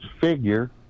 figure